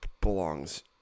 belongs